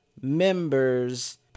members